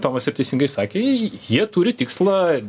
tomas ir teisingai sakė jie turi tikslą